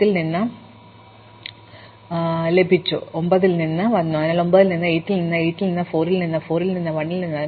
അതിനാൽ എനിക്ക് പറയാൻ കഴിയും എനിക്ക് 10 ൽ നിന്ന് ലഭിച്ചു ഞാൻ 9 ൽ നിന്ന് വന്നു അതിനാൽ 9 ൽ നിന്ന് 8 ൽ നിന്ന് 8 ൽ നിന്ന് 4 ൽ നിന്ന് 4 ൽ നിന്ന് 1 ൽ നിന്ന്